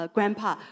Grandpa